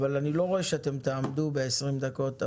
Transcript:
אבל אני לא רואה שאתם תעמדו ב-20 דקות.